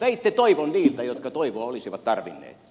veitte toivon niiltä jotka toivoa olisivat tarvinneet